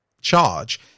charge